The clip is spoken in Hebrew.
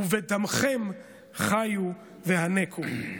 ובדמכם חיו והינקו".